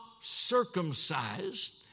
circumcised